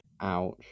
Ouch